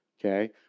okay